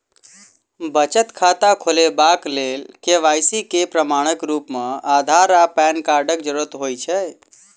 बचत खाता खोलेबाक लेल के.वाई.सी केँ प्रमाणक रूप मेँ अधार आ पैन कार्डक जरूरत होइ छै